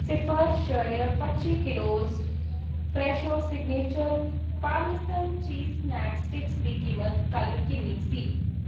ਸਿਫਰ ਇਸ਼ਾਰੀਆ ਪੱਚੀ kilos Fresho signature parmesan cheese snack sticks ਦੀ ਕੀਮਤ ਕੱਲ੍ਹ ਕਿੰਨੀ ਸੀ